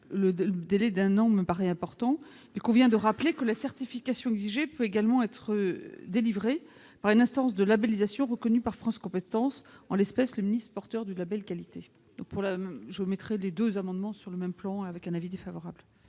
Le délai d'un an me paraît important. Il convient de rappeler que la certification exigée peut également être délivrée par une instance de labellisation reconnue par France compétences, en l'espèce le ministre porteur du label qualité. Quel est maintenant l'avis de la commission